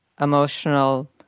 emotional